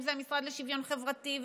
אם זה המשרד לשוויון חברתי,